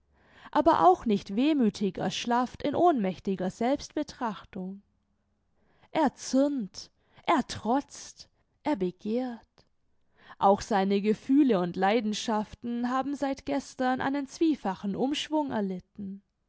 aber auch nicht wehmüthig erschlafft in ohnmächtiger selbstbetrachtung er zürnt er trotzt er begehrt auch seine gefühle und leidenschaften haben seit gestern einen zwiefachen umschwung erlitten